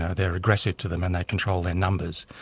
ah they're aggressive to them and they control their numbers,